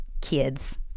kids